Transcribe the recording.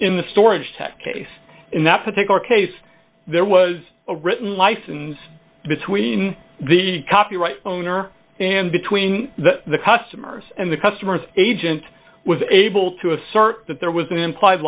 in the storage tek case in that particular case there was a written life and between the copyright owner and between the customers and the customers agent was able to assert that there was an implied